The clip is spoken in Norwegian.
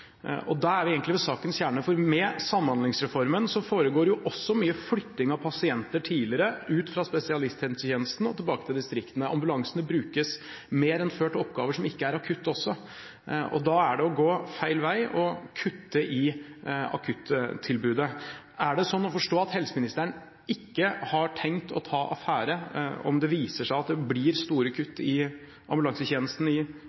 Da er vi egentlig ved sakens kjerne, for med samhandlingsreformen foregår også mye tidlig flytting av pasienter fra spesialisthelsetjenesten og tilbake til distriktene. Ambulansene brukes mer enn før til oppgaver som ikke er akutte, og da er det å gå feil vei å kutte i akuttilbudet. Er det sånn å forstå at helseministeren ikke har tenkt å ta affære om det viser seg at det blir store kutt i